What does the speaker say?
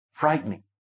frightening